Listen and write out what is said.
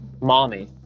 mommy